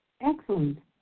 Excellent